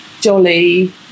jolly